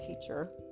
teacher